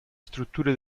strutture